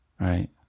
right